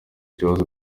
ibibazo